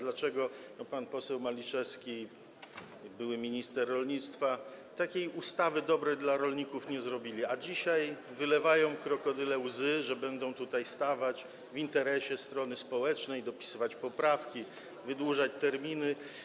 Dlaczego pan poseł Maliszewski, były minister rolnictwa takiej ustawy dobrej dla rolników nie zrobili, a dzisiaj wylewają krokodyle łzy, stają w interesie strony społecznej, chcą dopisywać poprawki, wydłużać terminy?